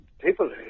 people